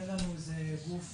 אין גוף